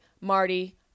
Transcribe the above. Marty